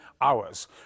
hours